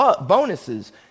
bonuses